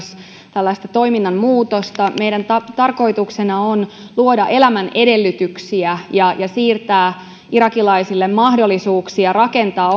tällaista toiminnan muutosta meidän tarkoituksenamme on luoda elämän edellytyksiä ja siirtää irakilaisille mahdollisuuksia rakentaa